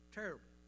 terrible